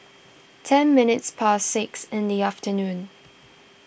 ten minutes past six in the afternoon